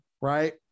right